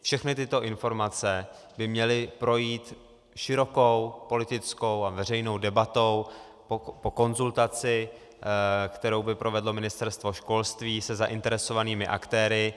Všechny tyto informace by měly projít širokou politickou a veřejnou debatou po konzultaci, kterou by provedlo Ministerstvo školství se zainteresovanými aktéry.